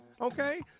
okay